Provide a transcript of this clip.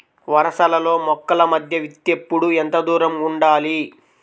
వరసలలో మొక్కల మధ్య విత్తేప్పుడు ఎంతదూరం ఉండాలి?